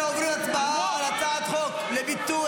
אנו עוברים להצבעה על הצעת חוק לביטול